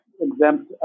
exempt